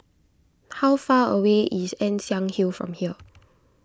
how far away is Ann Siang Hill from here